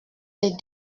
les